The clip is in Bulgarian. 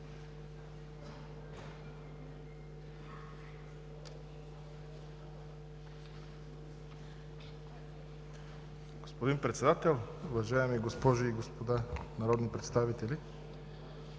господин Председател, уважаеми дами и господа народни представители!